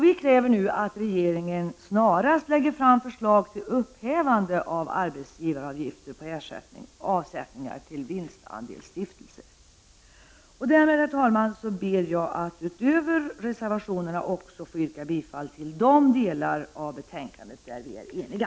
Vi kräver att regeringen snarast lägger fram förslag till upphävande av arbetsgivaravgifter på avsättningar till vinstandelsstiftelser. Därmed, herr talman, ber jag att utöver reservationerna också få yrka bifall till de delar av betänkandet där vi är eniga.